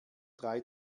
drei